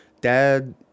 Dad